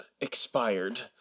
expired